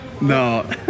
no